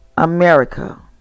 America